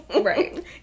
Right